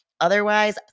Otherwise